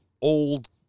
old